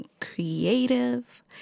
creative